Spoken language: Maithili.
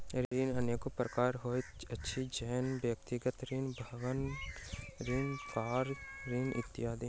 ऋण अनेको प्रकारक होइत अछि, जेना व्यक्तिगत ऋण, भवन ऋण, कार ऋण इत्यादि